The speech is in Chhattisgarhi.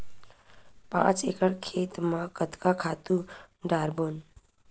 पांच एकड़ खेत म कतका खातु डारबोन?